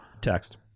text